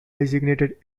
designated